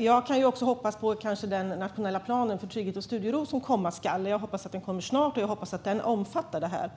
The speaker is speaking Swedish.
Jag kanske också kan hoppas på den nationella planen för trygghet och studiero som komma skall. Jag hoppas att den kommer snart, och jag hoppas att den omfattar det här.